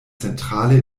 zentrale